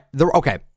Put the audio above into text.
okay